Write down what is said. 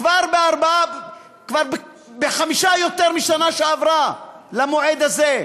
כבר בחמישה יותר מהשנה שעברה למועד הזה.